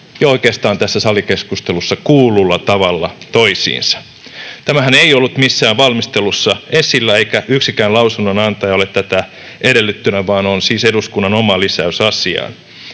oikeastaan tässä salikeskustelussa kuullulla tavalla, toisiinsa. Tämähän ei ollut missään valmistelussa esillä, eikä yksikään lausunnonantaja ole tätä edellyttänyt, vaan on siis eduskunnan oma lisäys asiaan.